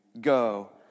Go